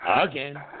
Again